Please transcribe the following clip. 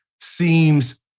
seems